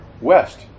west